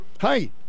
Hi